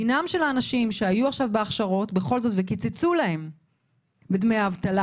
דינם של האנשים שהיו עכשיו בכל זאת בהכשרות וקיצצו להם בדמי האבטלה